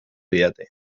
didate